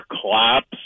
collapse